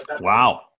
Wow